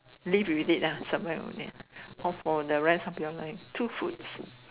live with it ah something like that off for the rest of your life two foods